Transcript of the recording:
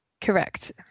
Correct